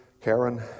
Karen